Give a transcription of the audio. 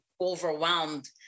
overwhelmed